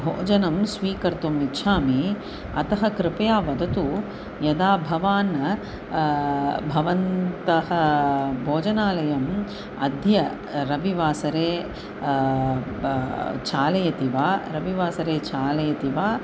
भोजनं स्वीकर्तुम् इच्छामि अतः कृपया वदतु यदा भवान् भवन्तः भोजनालयम् अद्य रविवासरे ब् चालयति वा रविवासरे चालयति वा